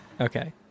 Okay